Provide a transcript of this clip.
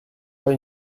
pas